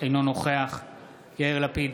אינו נוכח יאיר לפיד,